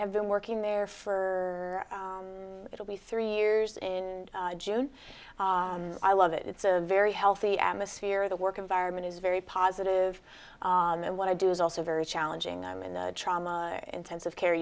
have been working there for it'll be three years in june i love it it's a very healthy atmosphere the work environment is very positive and what to do is also very challenging i'm in the trauma intensive care